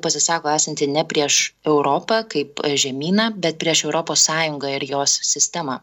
pasisako esanti ne prieš europą kaip žemyną bet prieš europos sąjungą ir jos sistemą